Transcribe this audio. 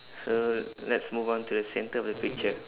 so let's move on to the centre of the picture